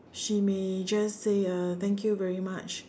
she may just say uh thank you very much